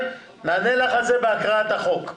אנחנו נענה לך על זה בהקראת החוק.